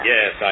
Yes